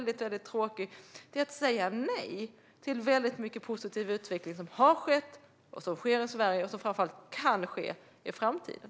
Detta vore att säga nej till väldigt mycket positiv utveckling som har skett och som sker i Sverige och som framför allt kan ske i framtiden.